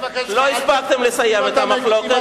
לא הספקתם לסיים את המחלוקת.